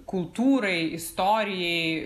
kultūrai istorijai